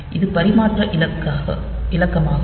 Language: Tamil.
இது பரிமாற்ற இலக்கமாகும்